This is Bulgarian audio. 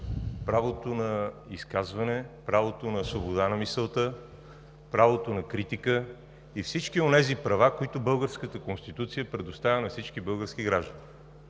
правото на изказване, правото на свобода на мисълта, правото на критика и всички онези права, които българската Конституция предоставя на всички български граждани.